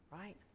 right